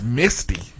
misty